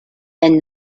and